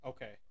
Okay